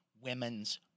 women's